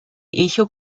echo